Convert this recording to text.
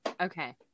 Okay